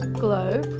globe.